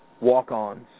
walk-ons